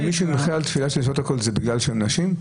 כשמישהו מוחא על תפילה של נשות הכותל זו פגיעה של נשים?